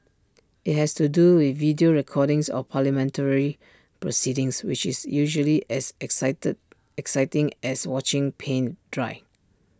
IT has to do with video recordings of parliamentary proceedings which is usually as exciting as watching paint dry